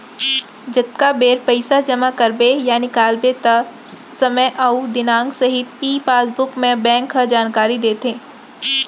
जतका बेर पइसा जमा करबे या निकालबे त समे अउ दिनांक सहित ई पासबुक म बेंक ह जानकारी देथे